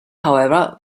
however